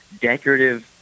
decorative